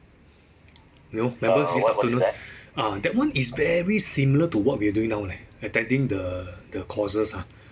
you know remember this afternoon ah that one is very similar to what we're doing now leh attending the the courses ah